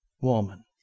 woman